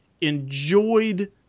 enjoyed